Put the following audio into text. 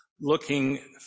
looking